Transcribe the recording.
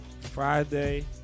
Friday